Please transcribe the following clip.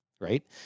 right